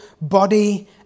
body